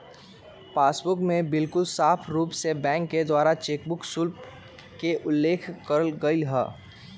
passbook में बिल्कुल साफ़ रूप से बैंक के द्वारा चेकबुक शुल्क के उल्लेख कइल जाहई